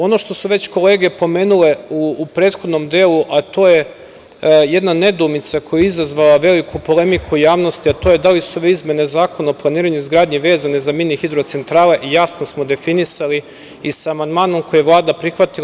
Ono što su već kolege pomenule u prethodnom delu, to je jedna nedoumica koja je izazvala veliku polemiku javnosti, a to je da li su ove izmene Zakona o planiranju i izgradnji vezane za mini hidrocentrale jasno smo definisali i sa amandmanom koji je Vlada prihvatila.